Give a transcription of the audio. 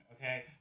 okay